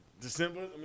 December